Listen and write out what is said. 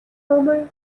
omar